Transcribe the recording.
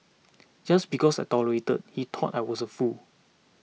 just because I tolerated he thought I was a fool